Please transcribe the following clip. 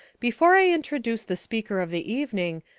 before i introduce the speaker of the evening,